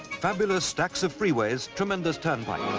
fabulous stacks of freeways, tremendous tone-wise.